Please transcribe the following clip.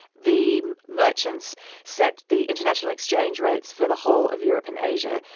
the merchants set the international exchange rates for the whole of europe and asia.